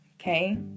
okay